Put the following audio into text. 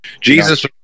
jesus